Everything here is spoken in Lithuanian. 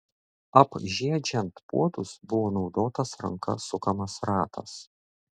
apžiedžiant puodus buvo naudotas ranka sukamas ratas